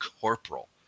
corporal